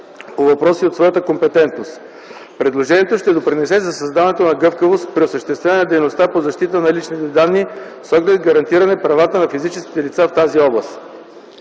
по въпроси от своята компетентност. Предложението ще допринесе за създаването на гъвкавост при осъществяване дейността по защита на личните данни с оглед гарантиране правата на физическите лица в тази област.